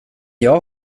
jag